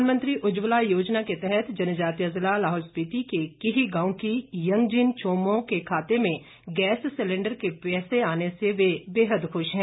प्रधानमंत्री उज्जवला योजना के तहत जनजातीय जिला लाहौल स्पिति के कीह गांव की यंगजिन छोमो को गैस सिलेंडर के पैसे खाते में आने से बेहद खुश हैं